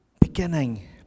beginning